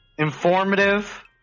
informative